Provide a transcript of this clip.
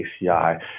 ACI